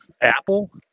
Apple